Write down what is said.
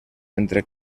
entre